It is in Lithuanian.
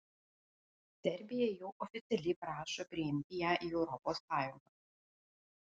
serbija jau oficialiai prašo priimti ją į europos sąjungą